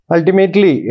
Ultimately